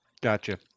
Gotcha